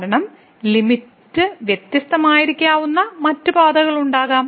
കാരണം ലിമിറ്റ് വ്യത്യസ്തമായിരിക്കാവുന്ന മറ്റ് പാതകളുണ്ടാകാം